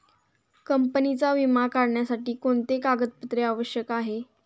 कंपनीचा विमा काढण्यासाठी कोणते कागदपत्रे आवश्यक आहे?